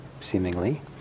seemingly